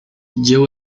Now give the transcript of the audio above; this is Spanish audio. llevo